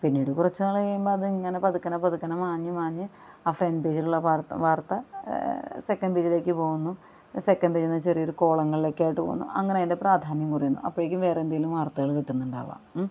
പിന്നീട് കുറച്ച് നാള് കഴിയുമ്പോൾ അതിങ്ങനെ പതുക്കെ പതുക്കെ മാഞ്ഞ് മാഞ്ഞ് ആ ഫ്രണ്ട് പേജിലുള്ള വാർത്ത വാർത്ത സെക്കെൻഡ് പേജിലേക്ക് പോകുന്നു സെക്കെൻഡ് പേജിൽ നിന്ന് ചെറിയൊരു കോളങ്ങൾലേക്കായിട്ട് പോകുന്നു അങ്ങനതിൻ്റെ പ്രാധാന്യം കുറയുന്നു അപ്പോഴേക്കും വേറെ എന്തേലും വാർത്തകള് കിട്ടുന്നുണ്ടാവാം